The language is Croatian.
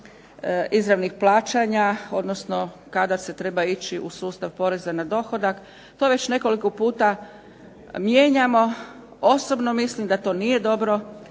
izravnih plaćanja odnosno kada se treba ići u sustav poreza na dohodak. To već nekoliko puta mijenjamo, osobno mislim da to nije dobro,